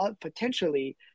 potentially